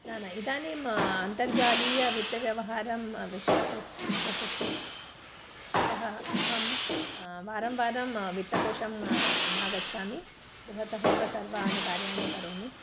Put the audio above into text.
न न इदानीम् अन्तर्जालीय वित्तव्यवहारं विश्वासः विश्वासः अतः अहं वारं वारं वित्तकोशं न गच्छामि गृहात् एव सर्वानि कार्याणि करोमि